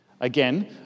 Again